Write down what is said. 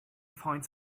find